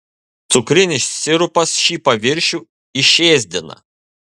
cukrinis sirupas šį paviršių išėsdina